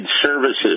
services